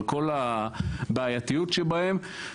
על כל הבעייתיות שבהם,